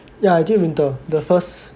ya I did winter the first